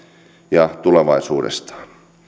ja tulevaisuudestaan